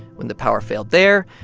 when the power failed there,